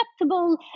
acceptable